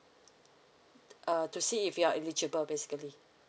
uh to see if you are eligible basically